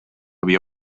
havia